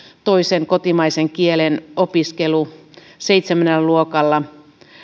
toisen kotimaisen kielen opiskelu seitsemännellä luokalla